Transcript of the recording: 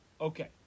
Okay